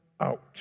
out